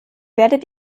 werdet